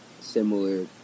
similar